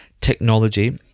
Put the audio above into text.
technology